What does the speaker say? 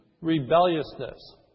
rebelliousness